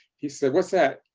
he said, what's that?